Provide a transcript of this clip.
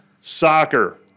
Soccer